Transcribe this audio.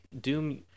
doom